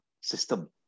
system